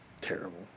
Terrible